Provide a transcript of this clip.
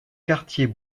quartier